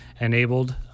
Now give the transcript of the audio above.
enabled